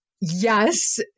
Yes